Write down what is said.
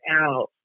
out